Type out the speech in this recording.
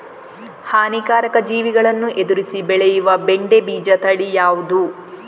ಹಾನಿಕಾರಕ ಜೀವಿಗಳನ್ನು ಎದುರಿಸಿ ಬೆಳೆಯುವ ಬೆಂಡೆ ಬೀಜ ತಳಿ ಯಾವ್ದು?